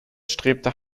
strebte